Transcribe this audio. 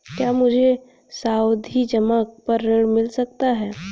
क्या मुझे सावधि जमा पर ऋण मिल सकता है?